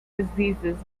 diseases